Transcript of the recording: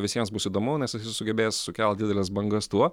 visiems bus įdomu nes jis sugebės sukelt dideles bangas tuo